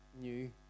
new